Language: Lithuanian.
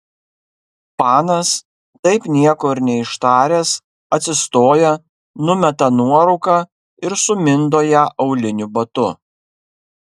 panas taip nieko ir neištaręs atsistoja numeta nuorūką ir sumindo ją auliniu batu